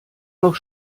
noch